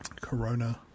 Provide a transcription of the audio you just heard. corona